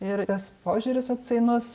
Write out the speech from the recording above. ir tas požiūris atsainus